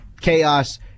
chaos